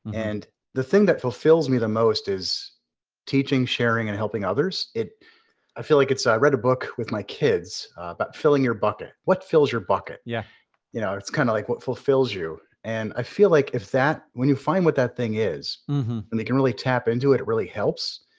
and the thing that fulfills me the most is teaching, sharing, and helping others. i feel like it's, i read a book with my kids about filling your bucket. what fills your bucket? yeah you know it's kind of like what fulfills you. and i feel like if that, when you find what that thing is and they can really tap into it, it really helps.